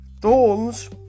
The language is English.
Thorns